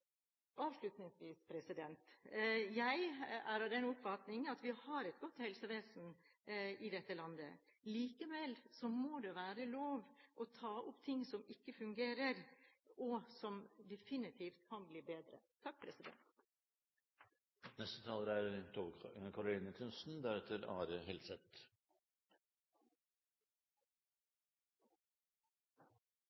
Avslutningsvis: Jeg er av den oppfatning at vi har et godt helsevesen i dette landet. Likevel må det være lov å ta opp ting som ikke fungerer, og som definitivt kan bli bedre. Dagens interpellasjon avleder følgende hovedspørsmål: Er